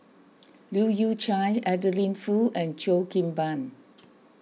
Leu Yew Chye Adeline Foo and Cheo Kim Ban